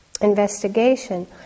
investigation